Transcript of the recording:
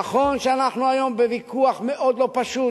נכון שאנחנו היום בוויכוח מאוד לא פשוט,